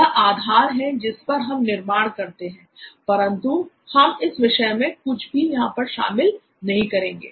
यह आधार है जिस पर हम निर्माण करते हैं परंतु हम इस विषय में कुछ भी यहां पर शामिल नहीं करेंगे